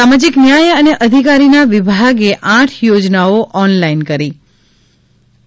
સામાજીક ન્યાય અને અધિકારીના વિભાગે આઠ યોજનાઓ ઓનલાઇન કરી છે